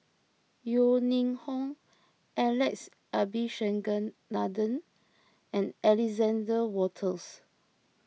Yeo Ning Hong Alex Abisheganaden and Alexander Wolters